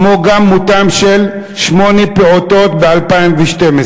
כמו גם מותם של שמונה פעוטות ב-2012,